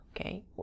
okay